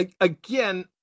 again